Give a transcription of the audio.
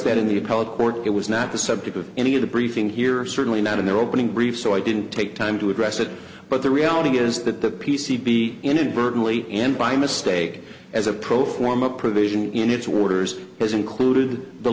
court it was not the subject of any of the briefing here certainly not in their opening brief so i didn't take time to address it but the reality is that the p c b inadvertently and by mistake as a pro forma provision in its orders has included the